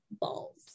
balls